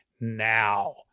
now